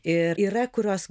ir yra kurios